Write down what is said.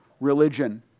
religion